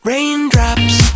Raindrops